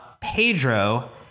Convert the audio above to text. Pedro